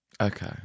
okay